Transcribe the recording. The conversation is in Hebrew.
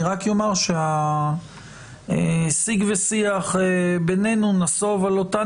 אני רק אומר שהשיג והשיח בינינו נסוב על אותן